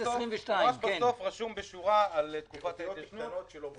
כתוב בשורה לגבי תקופת ההתיישנות.